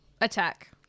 Attack